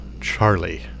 Charlie